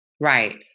Right